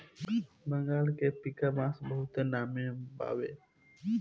बंगाल के पीका बांस बहुते नामी बावे